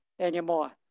anymore